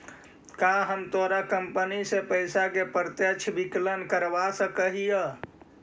का हम तोर कंपनी से पइसा के प्रत्यक्ष विकलन करवा सकऽ हिअ?